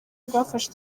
rwafashe